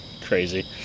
Crazy